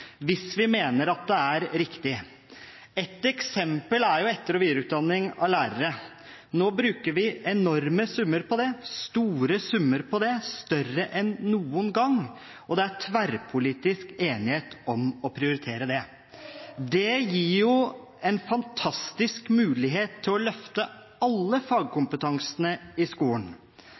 hvis vi mener at det er riktig. Ett eksempel er etter- og videreutdanning av lærere. Nå bruker vi enorme summer, store summer på det, større enn noen gang, og det er tverrpolitisk enighet om å prioritere det. Det gir en fantastisk mulighet til å løfte alle fagkompetansene i skolen.